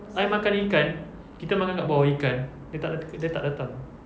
I makan ikan kita makan dekat bawah ikan dia tak dia tak datang